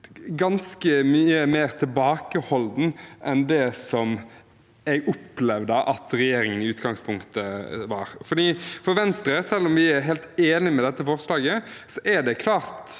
ganske mye mer tilbakeholden enn det som jeg opplevde at regjeringen i utgangspunktet var. Selv om Venstre er helt enig i dette forslaget, er det klart